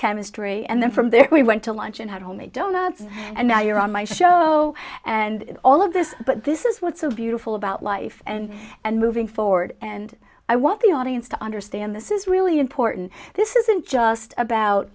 chemistry and then from there we went to lunch and had homemade donuts and now you're on my show so and all of this but this is what's so beautiful about life and and moving forward and i want the audience to understand this is really important this isn't just about